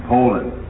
Poland